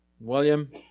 William